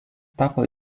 tapo